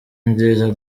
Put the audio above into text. nziza